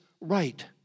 right